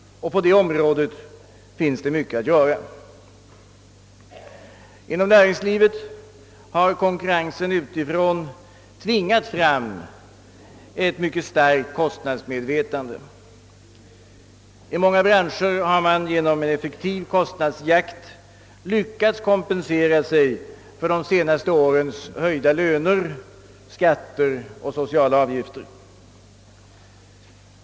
På detta område finns mycket att göra. Inom näringslivet har konkurrensen utifrån tvingat fram ett mycket starkt kostnadsmedvetande. I många branscher har man genom effektiv kostnadsjakt lyckats kompensera de senaste årens höjda löner, skatter och sociala avgifter.